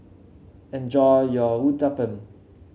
enjoy your Uthapam